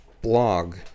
blog